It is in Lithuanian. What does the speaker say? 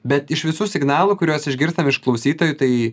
bet iš visų signalų kuriuos išgirstam iš klausytojų tai